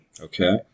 Okay